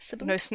No